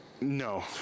No